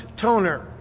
toner